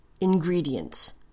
ingredients